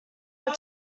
will